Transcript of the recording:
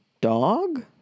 dog